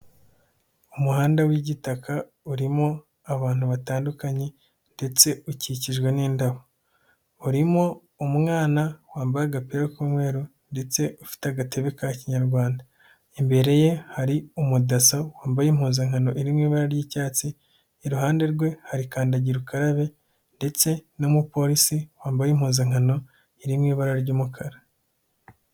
Umuhanda w'igitaka urimo abantu batandukanye ndetse ukikijwe n'indabo, urimo umwana wambaye agapira k'umweru ndetse ufite agatebe ka kinyarwanda, imbere ye hari umudaso wambaye impuzankano iri mu ibara ry'icyatsi, iruhande rwe hari kandagira ukarabe ndetse n'umupolisi wambaye impuzankano iri mu ibara ry'umukara.